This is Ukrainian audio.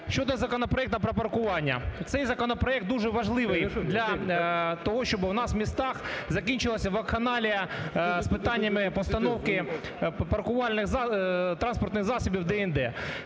Щодо законопроекту про паркування. Цей законопроект дуже важливий для того, щоб у нас в містах закінчилася вакханалія з питаннями постановки паркувальних транспортних засобів